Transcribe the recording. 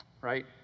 right